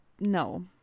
No